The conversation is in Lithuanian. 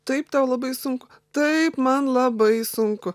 taip tau labai sunku taip man labai sunku